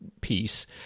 piece